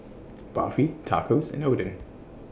Barfi Tacos and Oden